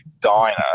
diner